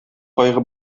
кайгы